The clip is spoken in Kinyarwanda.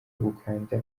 gukanda